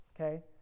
okay